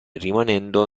rimanendo